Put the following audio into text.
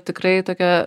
tikrai tokia